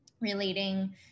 relating